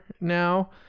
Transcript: now